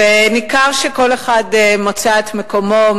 וניכר שכל אחד מצא את מקומו.